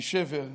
משבר,